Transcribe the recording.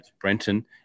Brenton